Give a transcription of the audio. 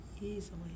easily